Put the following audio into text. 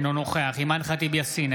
אינה נוכח אימאן ח'טיב יאסין,